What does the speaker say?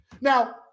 Now